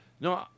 No